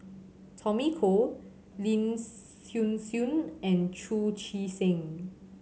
Tommy Koh Lin Hsin Hsin and Chu Chee Seng